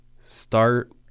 start